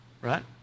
right